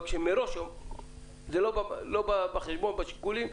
אבל כשמראש זה לא בא בחשבון בשיקולים,